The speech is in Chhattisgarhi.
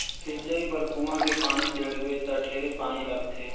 सिंचई बर कुआँ के पानी टेंड़बे त ढेरे पानी लगथे